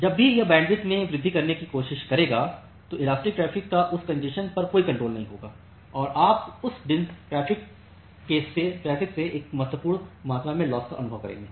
जब भी यह बैंडविड्थ में वृद्धि करने की कोशिश करेगा तो इनलेटस्टिक ट्रैफ़िक का उस कॅन्जेशन पर कोई कंट्रोल नहीं होगा और आप उस इन ट्रैफ़िक ट्रैफ़िक से एक महत्वपूर्ण मात्रा में लॉस का अनुभव करेंगे